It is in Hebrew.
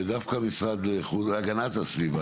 ודווקא המשרד להגנת הסביבה,